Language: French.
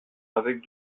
avec